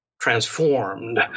Transformed